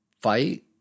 fight